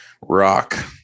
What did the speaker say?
rock